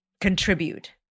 contribute